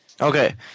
Okay